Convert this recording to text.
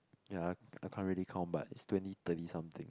ya I I can't really count but it's twenty thirty something